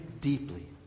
deeply